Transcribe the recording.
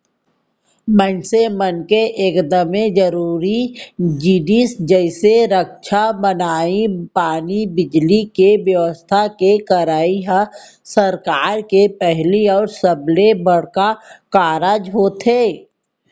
मनसे मन के एकदमे जरूरी जिनिस जइसे रद्दा बनई, पानी, बिजली, के बेवस्था के करई ह सरकार के पहिली अउ सबले बड़का कारज होथे